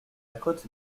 côte